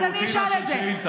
אז אני אשאל את זה.